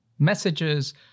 Messages